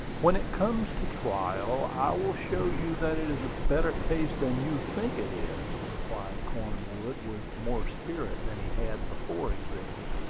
when it comes to trial, i will show you that it is a better case than you think it is, replied cornwood, with more spirit than he had before exhibited.